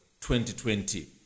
2020